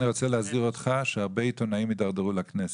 אני רוצה להזהיר אותך שהרבה עיתונאים הידרדרו לכנסת.